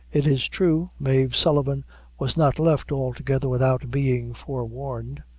it is true, mave sullivan was not left altogether without being forewarned.